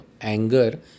Anger